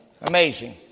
Amazing